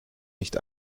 nicht